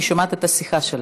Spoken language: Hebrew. אני שומעת את השיחה שלך.